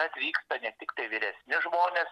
atvyksta ne tiktai vyresni žmonės